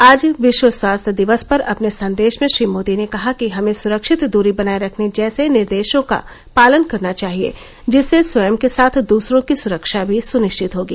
आज विश्व स्वास्थ्य दिवस पर अपने संदेश में श्री मोदी ने कहा कि हमें स्रक्षित दूरी बनाए रखने जैसे निर्देशों का पालन करना चाहिए जिससे स्वयं के साथ दूसरों की स्रक्षा भी सुनिश्चित होगी